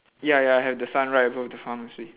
ya ya have the sun right above the pharmacy